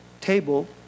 table